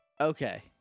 Okay